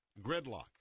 gridlock